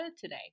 today